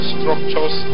structures